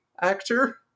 actor